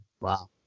wow